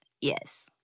yes